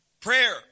Prayer